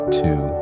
two